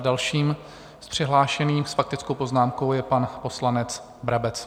Dalším přihlášeným s faktickou poznámkou je pan poslanec Brabec.